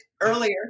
earlier